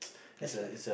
that's like